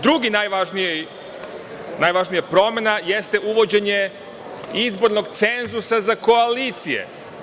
Druga najvažnija promena jeste uvođenje izbornog cenzusa za koalicije.